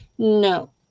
No